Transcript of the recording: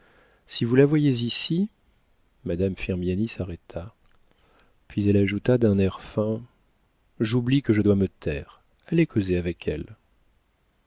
si vous la voyez ici madame firmiani s'arrêta puis elle ajouta d'un air fin j'oublie que je dois me taire allez causer avec elle